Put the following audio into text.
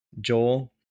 Joel